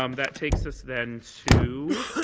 um that takes us then to